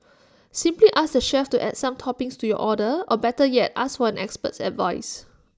simply ask the chef to add some toppings to your order or better yet ask for an expert's advice